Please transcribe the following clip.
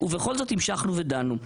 ובכל זאת, המשכנו ודנו.